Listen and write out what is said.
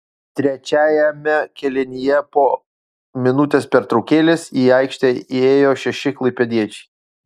trečiajame kėlinyje po minutės pertraukėlės į aikštę įėjo šeši klaipėdiečiai